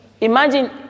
Imagine